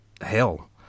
hell